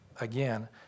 again